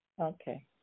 Okay